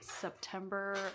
September